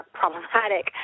problematic